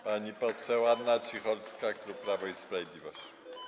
Pani poseł Anna Cicholska, klub Prawo i Sprawiedliwość.